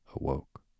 awoke